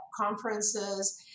conferences